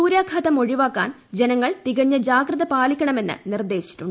സൂര്യാഘാതം ഒഴിവാക്കാൻ ജനങ്ങൾ തികഞ്ഞ ജാഗ്രത പാലിക്കണമെന്ന് നിർദ്ദേശിച്ചിട്ടുണ്ട്